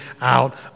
out